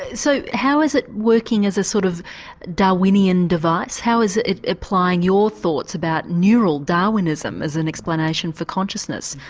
so how is it working as a sort of darwinian device, how is it applying your thoughts about neural darwinism as an explanation for consciousness,